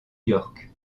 york